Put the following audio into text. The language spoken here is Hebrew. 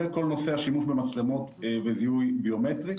וכל נושא השימוש במצלמות וזיהוי ביומטרי,